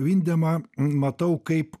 vindemą matau kaip